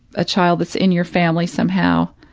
a child that's in your family somehow,